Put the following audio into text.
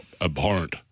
abhorrent